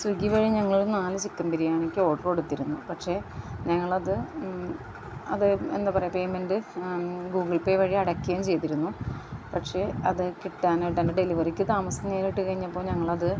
സ്വിഗ്ഗി വഴി ഞങ്ങൾ നാല് ചിക്കൻ ബിരിയാണിക്ക് ഓർഡറ് കൊടുത്തിരുന്നു പക്ഷേ ഞങ്ങളത് അത് എന്താ പറയുക പേയ്മെൻറ്റ് ഗൂഗിൾ പേ വഴി അടയ്ക്കുകയും ചെയ്തിരുന്നു പക്ഷേ അത് കിട്ടാനായിട്ടതിൻ്റെ ഡെലിവറിക്ക് താമസം നേരിട്ട് കഴിഞ്ഞപ്പോൾ ഞങ്ങളത്